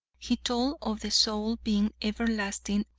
he told of the soul being everlasting,